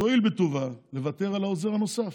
תואיל בטובה לוותר על העוזר הנוסף.